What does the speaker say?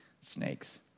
snakes